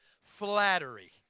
flattery